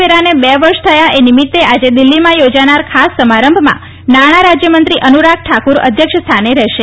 વેરાને બે વર્ષ થયા એ નિમિત્તે આજે દિલ્હીમાં યોજાનાર ખાસ સમારંભમાં નાણાં રાજ્યમંત્રી અનુરાગ ઠાક઼ર અધ્યક્ષ સ્થાને રહેશે